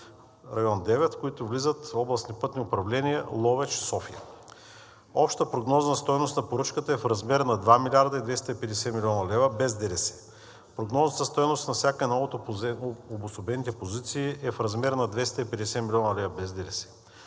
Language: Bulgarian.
Район 9: областни пътни управления Ловеч и София. Общата прогнозна стойност на поръчката е в размер на 2 млрд. 250 млн. лв. без ДДС. Прогнозната стойност на всяка една от обособените позиции е в размер на 250 млн. лв. без ДДС.